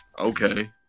Okay